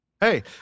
Hey